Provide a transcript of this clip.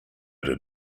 did